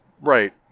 Right